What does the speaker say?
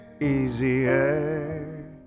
easier